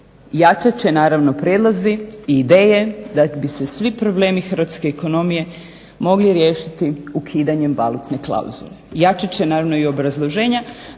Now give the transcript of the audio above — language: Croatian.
Jačat će naravno prijedlozi i ideje da bi se svi problemi hrvatske ekonomije mogli riješiti ukidanjem valutne klauzule. Jačat će naravno i obrazloženja,